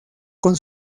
con